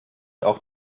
auch